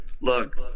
look